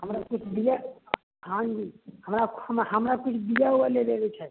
हमरा किछु बीआ हँ जी हमरा हमरा किछु बीआ उआ लेबैके छै